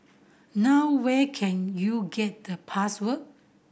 now where can you get the password